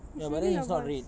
ya but then it's not red